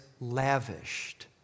lavished